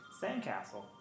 Sandcastle